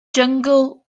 jyngl